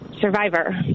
Survivor